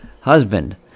husband